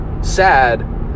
Sad